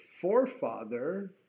forefather